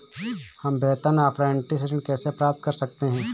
हम वेतन अपरेंटिस ऋण कैसे प्राप्त कर सकते हैं?